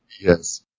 Yes